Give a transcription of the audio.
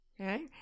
okay